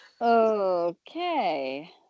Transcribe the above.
Okay